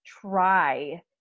try